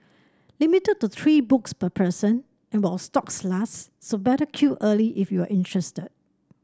limited to three books per person and while stocks last so better queue early if you're interested